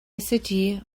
city